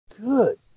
Good